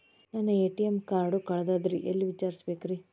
ನನ್ನ ATM card ಕಳದದ್ರಿ ಎಲ್ಲಿ ವಿಚಾರಿಸ್ಬೇಕ್ರಿ?